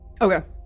Okay